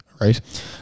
Right